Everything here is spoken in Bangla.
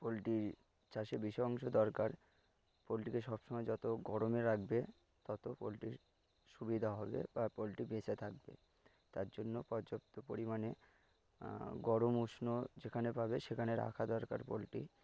পোলট্রীর চাষে বেশী অংশ দরকার পোলট্রীকে সবসময় যত গরমে রাখবে তত পোলট্রির সুবিধা হবে বা পোলট্রী বেঁচে থাকবে তার জন্য পর্যাপ্ত পরিমাণে গরম উষ্ণ যেখানে পাবে সেখানে রাখা দরকার পোলট্রী